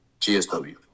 GSW